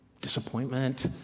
disappointment